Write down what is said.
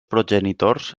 progenitors